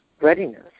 Readiness